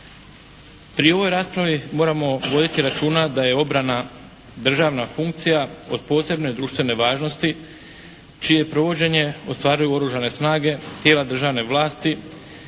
Pri ovoj raspravi moramo voditi računa da je obrana državna funkcija od posebne društvene važnosti čije provođenje ostvaruju oružane snage, tijela državne vlasti,